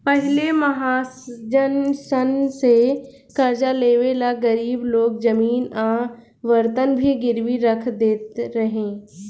पहिले महाजन सन से कर्जा लेवे ला गरीब लोग जमीन आ बर्तन भी गिरवी रख देत रहे